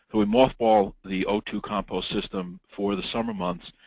we moth ball the o two compost system for the summer months,